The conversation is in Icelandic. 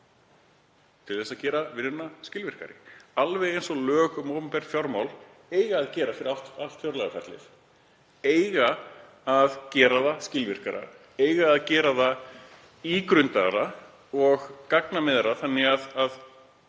Til þess að gera vinnuna skilvirkari alveg eins og lög um opinber fjármál eiga að gera fyrir allt fjárlagaferlið, eiga að gera það skilvirkara, eiga að gera það ígrundaðra og gagnsærra þannig að